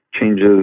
changes